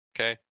Okay